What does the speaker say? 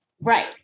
Right